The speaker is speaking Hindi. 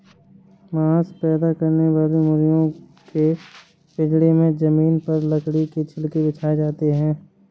मांस पैदा करने वाली मुर्गियों के पिजड़े में जमीन पर लकड़ी के छिलके बिछाए जाते है